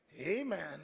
Amen